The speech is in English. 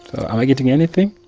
um i getting anything?